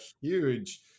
huge